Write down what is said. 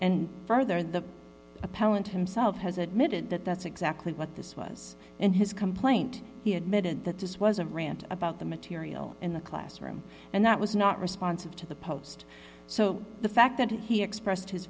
and further the appellant himself has admitted that that's exactly what this was and his complaint he admitted that this was a rant about the material in the classroom and that was not responsive to the post so the fact that he expresse